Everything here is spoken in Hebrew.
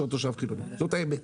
אבל זו האמת,